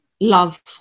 love